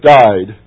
died